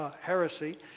heresy